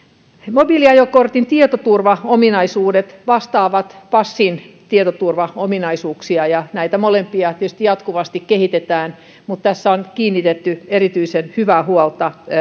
mobiiliajokortin tietoturvaominaisuudet vastaavat passin tietoturvaominaisuuksia ja näitä molempia tietysti jatkuvasti kehitetään mutta tässä on kannettu erityisen hyvää huolta